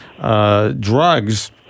drugs